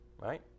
right